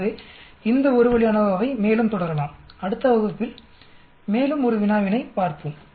ஆகவே இந்த 1 வழி அநோவாவை மேலும் தொடரலாம் அடுத்த வகுப்பில் மேலும் 1 வினாவினைப் பார்ப்போம்